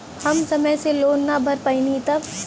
हम समय से लोन ना भर पईनी तब?